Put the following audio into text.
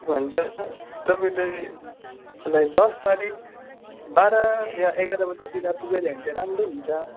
के भन्छ तपाईँले मलाई दस तारिक बाह्र या एघार बजीतिर पुऱ्याइदियो भने चाहिँ राम्रो हुन्छ